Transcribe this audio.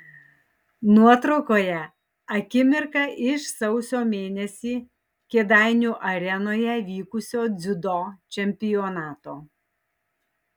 nuotraukoje akimirka iš sausio mėnesį kėdainių arenoje vykusio dziudo čempionato